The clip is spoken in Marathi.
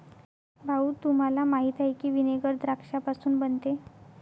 भाऊ, तुम्हाला माहीत आहे की व्हिनेगर द्राक्षापासून बनते